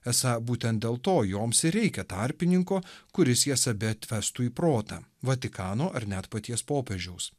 esą būtent dėl to joms ir reikia tarpininko kuris jas abi atvestų į protą vatikano ar net paties popiežiaus